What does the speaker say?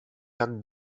jak